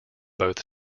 both